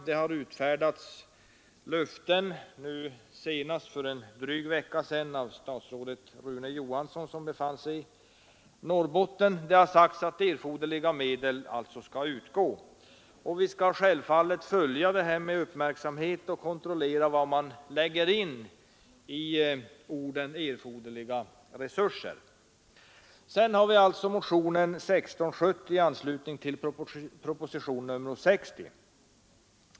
Det har utfärdats löften, senast för en dryg vecka sedan av statsrådet Rune Johansson när han befann sig i Norrbotten. Det har sagts att erforderliga medel skall utgå. Vi skall självfallet följa utvecklingen med uppmärksamhet och kontrollera vad man kommer att lägga in i orden ”erforderliga resurser”. Sedan har vi alltså motionen 1670 i anslutning till propositionen 60.